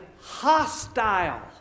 hostile